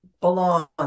belong